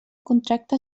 contracte